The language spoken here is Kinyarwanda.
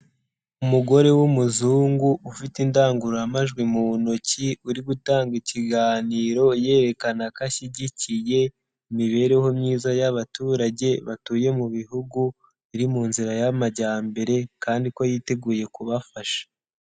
Umugore w'umuzungu ufite indangururamajwi mu ntoki, uri gutanga ikiganiro yerekana ko ashyigikiye imibereho myiza y'abaturage batuye mu bihugu biri mu nzira y'amajyambere kandi ko yiteguye kubafasha.